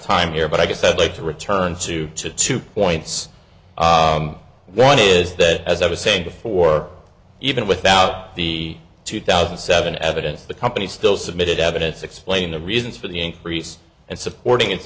time here but i guess i'd like to return to to two points one is that as i was saying before even without the two thousand and seven evidence the company still submitted evidence explain the reasons for the increase and supporting it